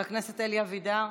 חבר הכנסת אלי אבידר.